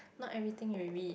not everything you read